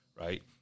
Right